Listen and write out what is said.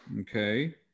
okay